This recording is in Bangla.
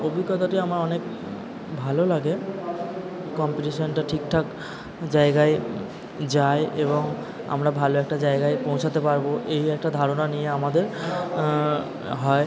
অভিজ্ঞতাটি আমার অনেক ভালো লাগে কম্পিটিশানটা ঠিকঠাক জায়গায় যায় এবং আমরা ভালো একটা জায়গায় পৌঁছাতে পারবো এই একটা ধারণা নিয়ে আমাদের হয়